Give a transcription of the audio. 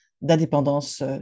d'indépendance